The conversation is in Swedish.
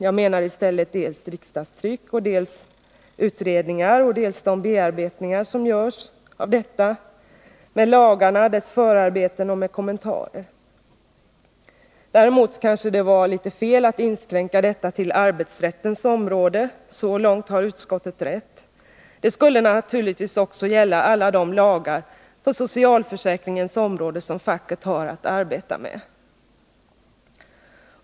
Jag menar i stället dels riksdagstrycket, dels utredningar och dels bearbetningar med lagar, deras förarbeten och med kommentarer. Däremot kanske det var fel att inskränka detta till arbetsrättens område. Så långt har utskottet rätt. Det skall naturligtvis också gälla alla de lagar på socialförsäkringens område som facket har att arbeta med.